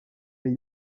les